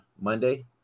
Monday